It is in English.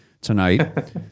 tonight